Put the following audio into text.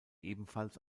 ebenfalls